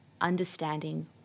understanding